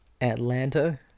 Atlanta